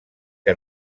que